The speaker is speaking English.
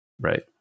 right